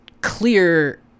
clear